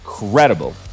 incredible